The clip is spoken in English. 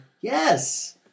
Yes